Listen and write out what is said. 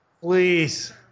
Please